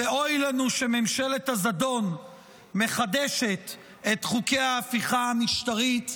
-- ואוי לנו שממשלת הזדון מחדשת את חוקי ההפיכה המשטרית.